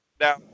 now